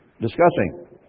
discussing